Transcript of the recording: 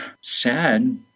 sad